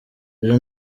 ejo